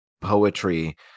poetry